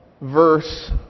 verse